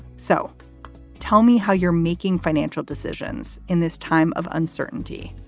so tell me how you're making financial decisions in this time of uncertainty.